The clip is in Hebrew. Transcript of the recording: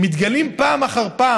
מתגלים פעם אחר פעם,